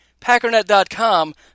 packernet.com